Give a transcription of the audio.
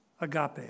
Agape